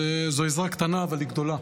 זו עזרה קטנה, אבל היא גדולה.